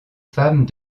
femmes